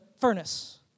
furnace